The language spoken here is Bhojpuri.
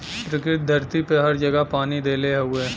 प्रकृति धरती पे हर जगह पानी देले हउवे